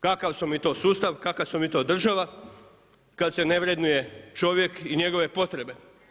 Kakav smo mi to sustav, kakva smo mi to država, kad se ne vrednuje čovjek i njegove potrebe?